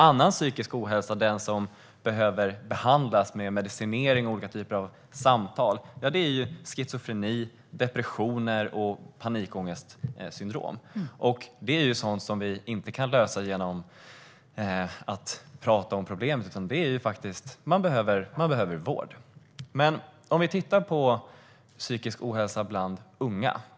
Annan psykisk ohälsa - den som behöver behandlas med medicinering och olika slags samtal - är schizofreni, depressioner och panikångestsyndrom. Detta kan inte lösas genom att man pratar om problemet, utan då behöver man vård. Låt oss titta på psykisk ohälsa bland unga.